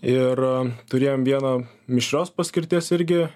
ir turėjom vieną mišrios paskirties irgi